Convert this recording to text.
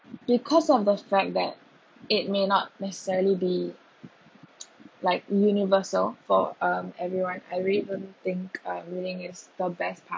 because of the fact that it may not necessarily be like universal for uh everyone I really don't think um reading is the best part